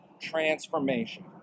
transformation